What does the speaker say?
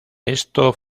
esto